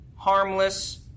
harmless